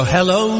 Hello